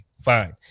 fine